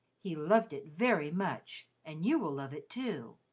he loved it very much and you will love it too.